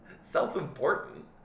Self-important